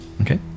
Okay